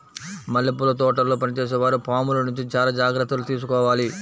మల్లెపూల తోటల్లో పనిచేసే వారు పాముల నుంచి చాలా జాగ్రత్తలు తీసుకోవాలి